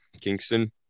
Kingston